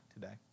today